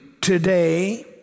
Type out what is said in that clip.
today